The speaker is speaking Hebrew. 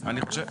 אני חושב,